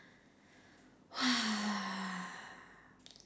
!wah!